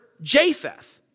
Japheth